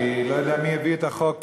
אני לא יודע מי הביא את החוק.